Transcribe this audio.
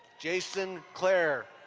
jason claire.